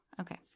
Okay